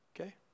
Okay